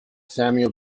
samuel